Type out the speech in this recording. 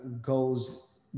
goes